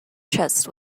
chest